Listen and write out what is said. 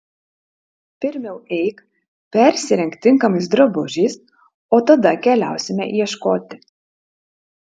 pirmiau eik persirenk tinkamais drabužiais o tada keliausime ieškoti